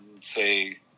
say